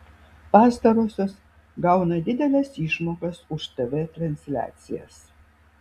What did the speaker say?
pastarosios gauna dideles išmokas už tv transliacijas